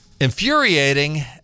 infuriating